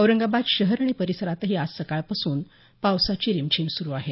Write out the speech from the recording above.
औरंगाबाद शहर आणि परिसरातही आज सकाळपासून पावसाची रिमझिम सुरू आहे